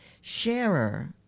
sharer